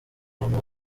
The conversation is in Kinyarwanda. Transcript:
bantu